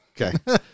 Okay